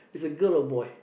is a girl or boy